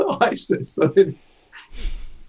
Isis